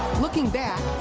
looking back,